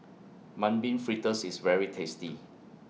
Mung Bean Fritters IS very tasty